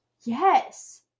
Yes